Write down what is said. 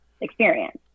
experience